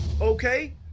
Okay